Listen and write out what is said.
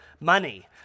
money